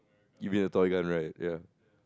give me a toy gun right ya